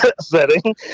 setting